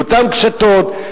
באותן קשתות,